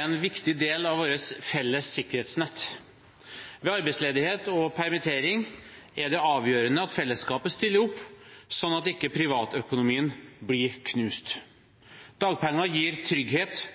en viktig del av vårt felles sikkerhetsnett. Ved arbeidsledighet og permittering er det avgjørende at fellesskapet stiller opp, slik at ikke privatøkonomien blir knust. Dagpenger gir trygghet,